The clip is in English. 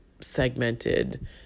segmented